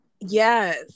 yes